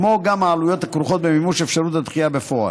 כמו גם העלויות הכרוכות במימוש אפשרות הדחייה בפועל.